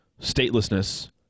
statelessness